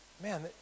man